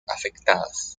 afectadas